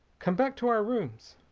come back to our rooms.